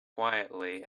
quietly